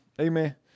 Amen